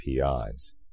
PIs